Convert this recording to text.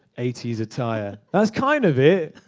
eighty s attire. that's kind of it,